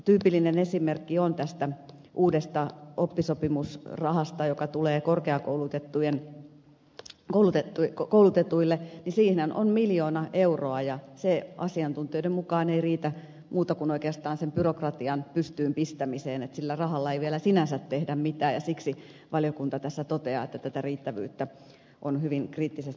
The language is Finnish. tyypillinen esimerkki on tästä uudesta oppisopimusrahasta joka tulee korkeakoulutetuille niin siihenhän on miljoona euroa ja se asiantuntijoiden mukaan ei riitä muuta kuin oikeastaan sen byrokratian pystyyn pistämiseen että sillä rahalla ei vielä sinänsä tehdä mitään ja siksi valiokunta tässä toteaa että tätä riittävyyttä on hyvin kriittisesti tarkasteltava